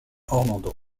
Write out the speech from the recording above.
orlando